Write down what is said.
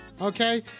okay